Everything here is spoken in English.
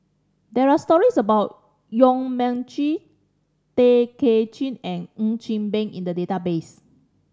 there are stories about Yong Mun Chee Tay Kay Chin and Ng Chee Meng in the database